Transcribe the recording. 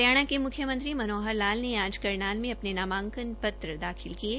हरियाणा के मुख्यमंत्री मनोहर लाल ने आज करनाल में अपने नामांकन पत्र दाखिल किये